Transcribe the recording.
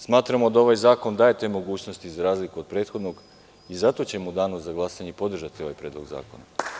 Smatramo da ovaj zakon daje te mogućnosti, za razliku od prethodnih i zato ćemo u Danu za glasanje podržati ovaj predlog zakona.